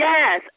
Yes